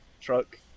truck